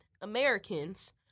Americans